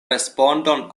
respondon